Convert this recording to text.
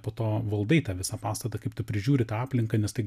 po to valdai tą visą pastatą kaip tu prižiūri tą aplinką nes tai